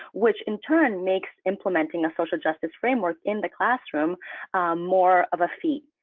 which in turn makes implementing a social justice framework in the classroom more of a feat.